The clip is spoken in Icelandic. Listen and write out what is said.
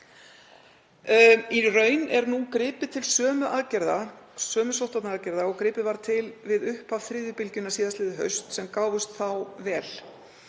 Í raun er nú gripið til sömu aðgerða, sömu sóttvarnaaðgerða, og gripið var til við upphaf þriðju bylgjunnar síðastliðið haust, sem gáfust þá vel.